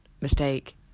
mistake